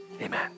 amen